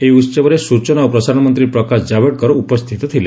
ଏହି ଉତ୍ସବରେ ସ୍ବଚନା ଓ ପ୍ରସାରଣ ମନ୍ତ୍ରୀ ପ୍ରକାଶ ଜାଭଡେକର ଉପସ୍ଥିତ ଥିଲେ